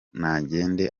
nagende